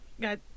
got